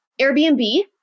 Airbnb